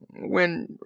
When